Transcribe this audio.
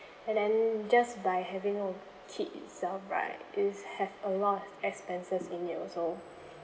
and then just by having a kid itself right is have a lot of expenses in it also